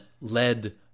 led